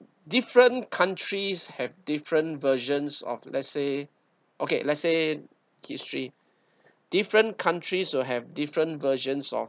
different countries have different versions of let's say okay let's say history different countries will have different versions of